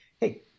hey